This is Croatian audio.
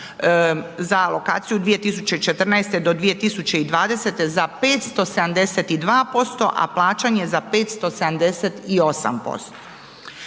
za alokaciju 2014. do 2020. za 572%, a plaćanje za 578%.